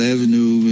Avenue